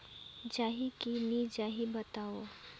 जाही की नइ जाही बताव?